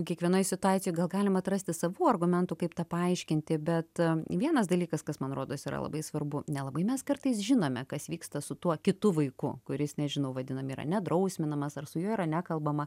kiekvienoj situacijoj gal galima atrasti savų argumentų kaip tą paaiškinti bet vienas dalykas kas man rodos yra labai svarbu nelabai mes kartais žinome kas vyksta su tuo kitu vaiku kuris nežinau vadinam yra nedrausminamas ar su juo yra nekalbama